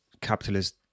capitalist